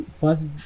first